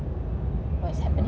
what's happening